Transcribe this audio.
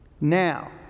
Now